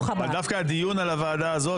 דווקא הדיון על הוועדה הזאת,